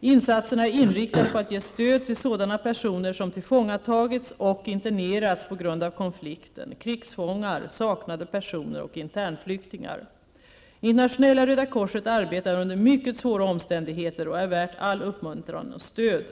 Insatserna är inriktade på att ge stöd till sådana personer som tillfångatagits och internerats på grund av konflikten, krigsfångar, saknade personer och internflyktingar. Internationella Röda korset arbetar under mycket svåra omständigheter och är värt all uppmuntran och stöd.